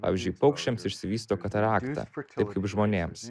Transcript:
pavyzdžiui paukščiams išsivysto katarakta taip kaip žmonėms